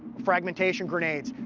fragmentation grenades,